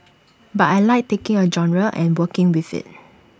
but I Like taking A genre and working with IT